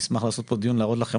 אני אשמח לקיים פה דיון ולהראות לכם